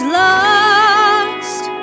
lost